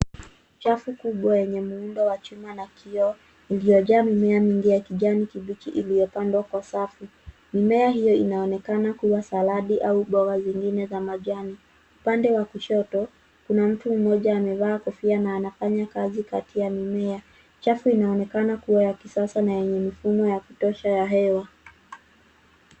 Chafu kubwa yenye muundo wa chuma na kioo uliojaa mimea mingi ya kijani kibichi iliyopandwa kwa safu. Mimea hiyo inaonekana kuwa saladi au mboga zingine za majani. Upande wa kushoto kuna mtu mmoja amevaa kofia na anafanya kazi kati ya mimea. Chafu inaonekana kuwa ya kisasa na yenye mfumo ya kutosha ya hewa.